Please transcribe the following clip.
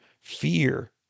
fear